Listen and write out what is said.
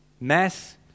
Mass